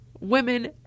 women